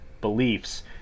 beliefs